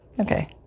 Okay